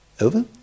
Over